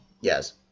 Yes